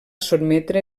sotmetre